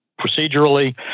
procedurally